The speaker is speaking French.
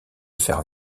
faire